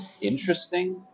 interesting